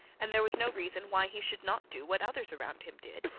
and there was no reason why he should not do what others around him did.